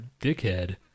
dickhead